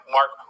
Mark